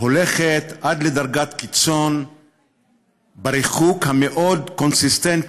הולך עד לדרגת קיצון בריחוק המאוד-קונסיסטנטי